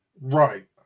Right